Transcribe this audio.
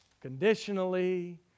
conditionally